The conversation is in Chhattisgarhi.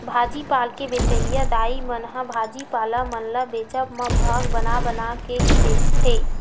भाजी पाल के बेंचइया दाई मन ह भाजी पाला मन ल बेंचब म भाग बना बना के ही बेंचथे